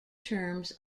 terms